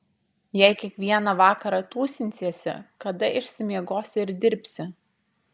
jei kiekvieną vakarą tūsinsiesi kada išsimiegosi ir dirbsi